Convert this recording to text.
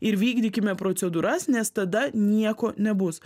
ir vykdykime procedūras nes tada nieko nebus